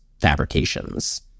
fabrications